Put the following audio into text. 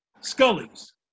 Scully's